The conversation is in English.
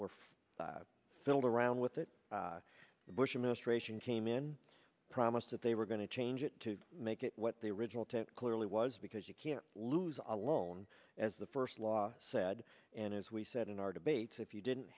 all around with it the bush administration came in promised that they were going to change it to make it what the original tent clearly was because you can't lose alone as the first law said and as we said in our debates if you didn't